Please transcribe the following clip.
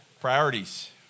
Priorities